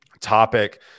topic